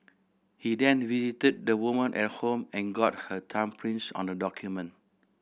he then visited the woman at home and got her thumbprints on the document